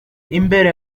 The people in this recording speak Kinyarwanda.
imbere